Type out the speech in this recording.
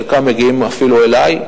חלקם מגיעים אפילו אלי.